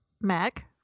Mac